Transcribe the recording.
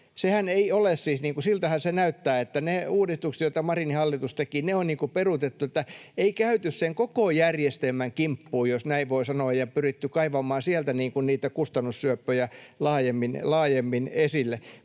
Siltähän se näyttää, että ne uudistukset, joita Marinin hallitus teki, on peruutettu ja ei käyty sen koko järjestelmän kimppuun, jos näin voi sanoa, ja pyritty kaivamaan sieltä niitä kustannussyöppöjä laajemmin esille.